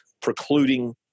precluding